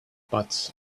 but